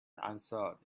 unsought